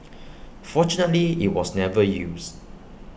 fortunately IT was never used